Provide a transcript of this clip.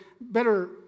better